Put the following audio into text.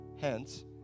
Hence